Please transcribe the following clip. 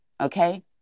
Okay